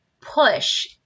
push